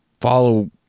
follow